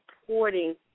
supporting